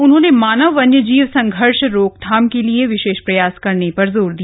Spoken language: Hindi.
उन्होंने मानव वन्यजीव संघर्ष रोकथाम के लिए विशेष प्रयास करने पर जोर दिया